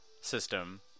system